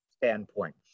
standpoint